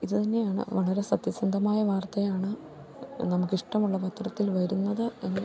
ഇതു തന്നെയാണു വളരെ സത്യസന്ധമായ വാർത്തയാണ് നമുക്കിഷ്ടമുള്ള പത്രത്തിൽ വരുന്നത് എന്ന്